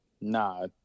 nah